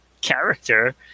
character